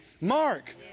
Mark